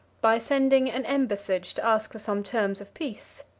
by sending an embassage to ask for some terms of peace.